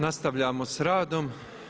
Nastavljamo s radom.